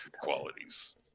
qualities